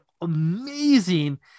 amazing